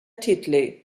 titley